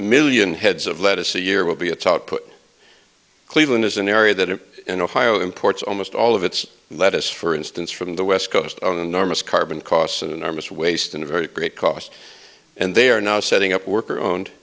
million heads of lettuce a year will be a top put cleveland is an area that it in ohio imports almost all of its lettuce for instance from the west coast on enormous carbon costs an enormous waste and a very great cost and they are now setting up worker owned